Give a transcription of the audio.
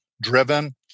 driven